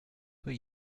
pas